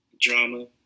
drama